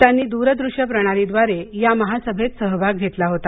त्यांनी दूर दृश्य प्रणालीद्वारे या महासभेत सहभाग घेतला होता